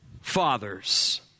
fathers